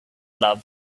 love